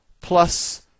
plus